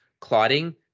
clotting